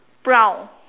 brown